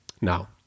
now